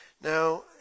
Now